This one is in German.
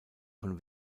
von